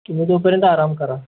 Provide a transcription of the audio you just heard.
तुम्ही तोपर्यंत आराम करा